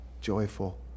joyful